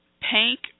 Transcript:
Pink